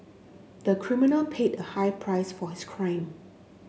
the criminal paid a high price for his crime